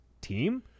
team